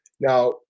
Now